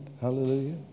hallelujah